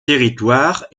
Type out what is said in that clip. territoire